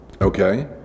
Okay